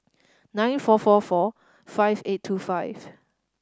nine four four four five eight two five